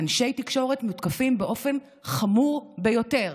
שאנשי תקשורת מותקפים באופן חמור ביותר,